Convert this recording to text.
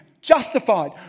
justified